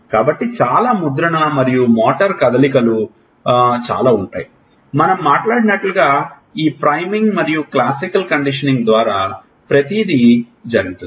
కాబట్టి చాలా ముద్రణ మరియు మోటారు కదలికలు చాలా ఉన్నాయి మనం మాట్లాడినట్లుగా ఈ ప్రైమింగ్ మరియు క్లాసికల్ కండిషనింగ్ ద్వారా ప్రతిదీ జరిగింది